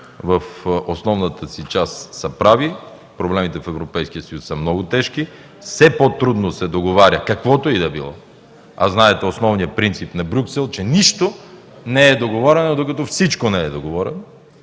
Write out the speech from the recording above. в основната си част са прави – проблемите в Европейския съюз са много тежки, все по-трудно се договаря каквото и да било. Знаете основния принцип на Брюксел, че нищо не е договорено, докато всичко не е договорено.